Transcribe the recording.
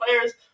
players